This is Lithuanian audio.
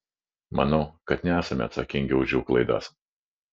manau kad nesame atsakingi už jų klaidas